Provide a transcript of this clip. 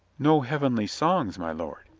no heavenly songs, my lord.